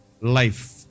Life